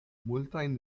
multajn